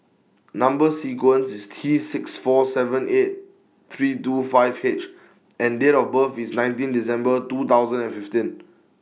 Number sequence IS T six four seven eight three two five H and Date of birth IS nineteen December two thousand and fifteen